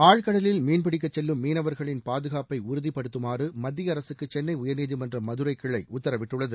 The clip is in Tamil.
ஆழ்கடலில் மீன்பிடிக்கச் செல்லும் மீளவர்களின் பாதுகாப்பை உறுதிப்படுத்தமாறு மத்திய அரகக்கு சென்னை உயர்நீதிமன்ற மதுரை கிளை உத்தரவிட்டுள்ளது